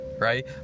right